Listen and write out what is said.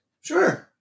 Sure